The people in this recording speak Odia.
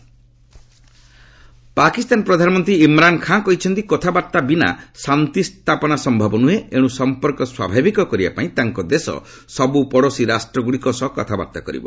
ପାକ୍ ପିଏମ୍ ପାକିସ୍ତାନ ପ୍ରଧାନମନ୍ତ୍ରୀ ଇମ୍ରାନ୍ ଖାନ୍ କହିଛନ୍ତି କଥାବାର୍ଭା ବିନା ଶାନ୍ତି ସ୍ଥାପନା ସମ୍ଭବ ନୁହେଁ ଏଣୁ ସମ୍ପର୍କ ସ୍ପଭାବିକ କରିବା ପାଇଁ ତାଙ୍କ ଦେଶ ସବୁ ପଡ଼ୋଶୀ ରାଷ୍ଟ୍ରଗଡ଼ିକ ସହ କଥାବାର୍ତ୍ତା କରିବ